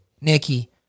Nikki